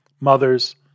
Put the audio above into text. mothers